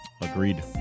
agreed